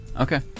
Okay